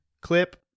clip